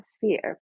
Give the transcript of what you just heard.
fear